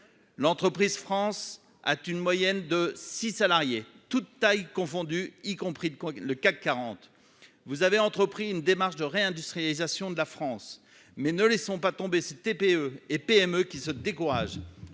l'entreprise France tu une moyenne de 6 salariés, toutes tailles confondues, y compris le CAC 40 vous avez entrepris une démarche de réindustrialisation de la France mais ne laissons pas tomber TPE et PME qui se découragent